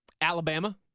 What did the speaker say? Alabama